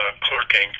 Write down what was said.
clerking